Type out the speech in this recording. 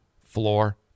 Floor